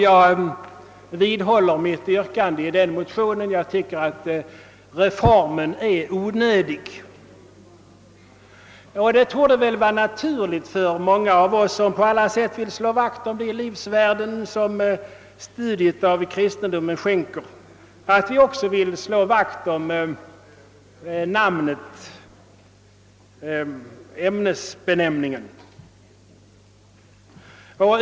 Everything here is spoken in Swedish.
Jag vidhåller mitt yrkande i denna motion. Jag tycker att reformen är onödig. Det torde väl vara naturligt för många av oss, som på alla sätt vill slå vakt om de livsvärden som studiet av kristendomen skänker, att vi också vill slå vakt om det kristna namnet.